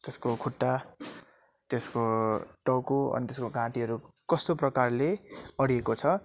त्यसको खुट्टा त्यसको टाउको अनि त्यसको घाँटीहरू कस्तो प्रकारले अडिएको छ